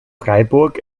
freiburg